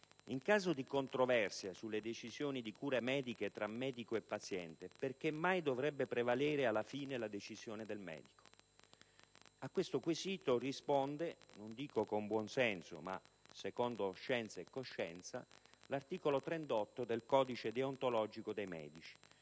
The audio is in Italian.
in caso di controversia sulle decisioni di cure mediche tra medico e paziente, perché mai dovrebbe prevalere, alla fine, la decisione del medico? A questo quesito risponde, non dico con buon senso, ma secondo scienza e coscienza, l'articolo 38 del codice deontologico dei medici